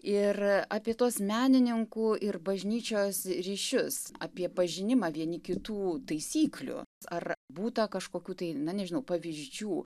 ir apie tos menininkų ir bažnyčios ryšius apie pažinimą vieni kitų taisyklių ar būta kažkokių tai na nežinau pavyzdžių